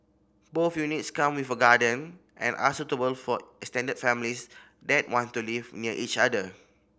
both units come with a garden and are suitable for extended families that want to live near each other